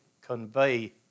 convey